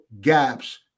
gaps